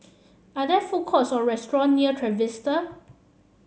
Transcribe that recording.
are there food courts or restaurant near Trevista